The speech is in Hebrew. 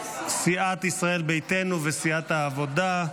לסיעת ישראל ביתנו וסיעת העבודה.